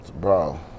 bro